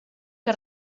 que